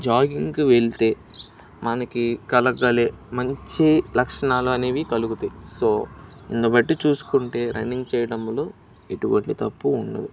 జాగింగ్కి వెళ్తే మనకి కలగాలి మంచి లక్షణాలు అనేవి కలుగుతాయి సో దీనిబట్టి చూసుకుంటే రన్నింగ్ చెయ్యడంలో ఎటువంటి తప్పు ఉండవి